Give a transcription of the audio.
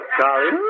Charlie